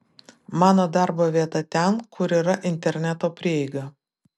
mano darbo vieta ten kur yra interneto prieiga